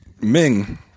Ming